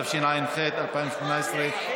התשע"ח 2018,